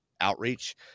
outreach